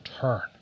Turn